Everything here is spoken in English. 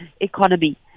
economy